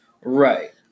Right